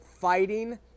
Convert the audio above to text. fighting